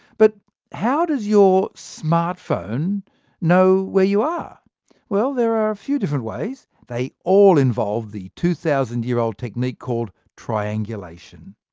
but how does your smart phone know where you are there are a few different ways. they all involve the two thousand year old technique called triangulation.